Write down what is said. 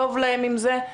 טובים להם עם זה.